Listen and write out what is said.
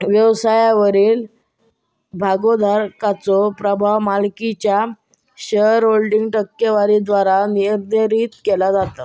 व्यवसायावरील भागोधारकाचो प्रभाव मालकीच्यो शेअरहोल्डिंग टक्केवारीद्वारा निर्धारित केला जाता